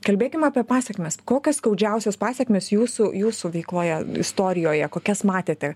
kalbėkim apie pasekmes kokios skaudžiausios pasekmės jūsų jūsų veikoje istorijoje kokias matėte